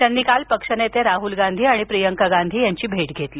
त्यांनी काल पक्ष नेते राहुल गांधी आणि प्रियांका गांधी यांची भेट घेतली